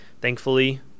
Thankfully